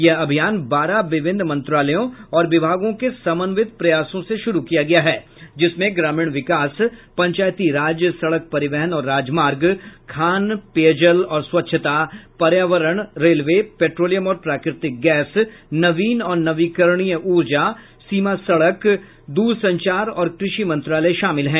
यह अभियान बारह विभिन्न मंत्रालयों और विभागों के समन्वित प्रयासों से शुरू किया गया है जिसमें ग्रामीण विकास पंचायती राज सड़क परिवहन और राजमार्ग खान पेयजल और स्वच्छता पर्यावरण रेलवे पेट्रोलियम और प्राकृतिक गैस नवीन और नवीकरणीय ऊर्जा सीमा सड़क दूरसंचार और क्रषि मंत्रालय शामिल हैं